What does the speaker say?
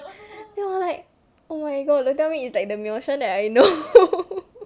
then I'm like oh my god don't tell me is like the miao shan that I know